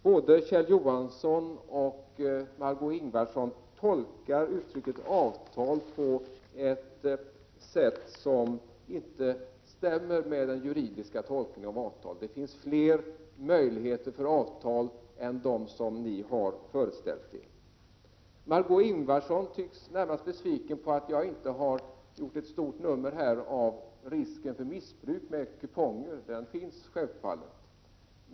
Både Kjell Johansson och Margé Ingvardsson tolkar uttrycket avtal på ett sätt som inte stämmer med den juridiska tolkningen. Det finns fler möjligheter till avtal än dem som ni har föreställt er. Margö Ingvardsson tycks närmast vara besviken över att jag inte här har gjort ett stort nummer av risken för missbruk av kuponger. Den risken finns självfallet.